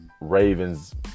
Ravens